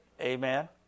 Amen